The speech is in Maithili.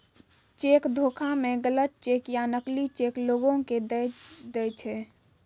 चेक धोखा मे गलत चेक या नकली चेक लोगो के दय दै छै